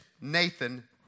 Nathan